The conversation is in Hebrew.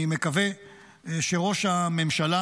אני מקווה שראש הממשלה,